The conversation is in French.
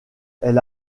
elle